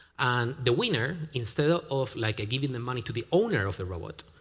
and the winner instead ah of, like, giving the money to the owner of the robot,